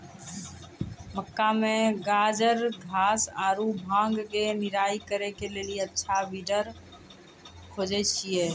मक्का मे गाजरघास आरु भांग के निराई करे के लेली अच्छा वीडर खोजे छैय?